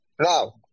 Now